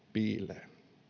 piilee